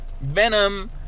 Venom